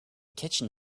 kitchen